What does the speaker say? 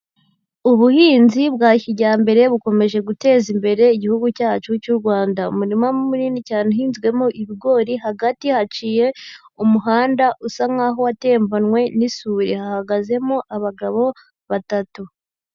Ubuhinzi bwa kijyambere bukomeje guteza imbere igihugu cyacu cy'u Rwanda. Umurima munini cyane uhinzwemo ibigori, hagati haciye umuhanda usa nk'aho watembanwe n'isuri. Hahagazemo abagabo batatu.